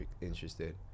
interested